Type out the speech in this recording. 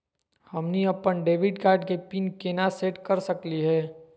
हमनी अपन debit card के पीन केना सेट कर सकली हे?